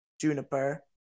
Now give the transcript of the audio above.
Juniper